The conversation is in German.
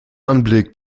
anblick